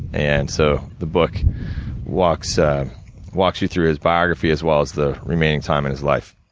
and so, the book walks ah walks you through his biography, as well as the remaining time in his life.